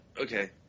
okay